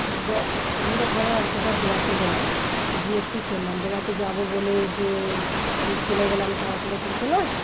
ব্যা আমরা ধরো এক জায়গায় বেড়াতে গেলাম গিয়ে কী করলাম বেড়াতে যাবো বলে যে মানে চলে গেলাম তাড়াতাড়ি তা তো নয়